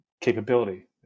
capability